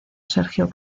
sergio